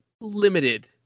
limited